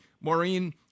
Maureen